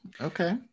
okay